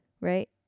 right